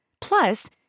Plus